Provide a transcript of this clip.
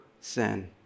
sin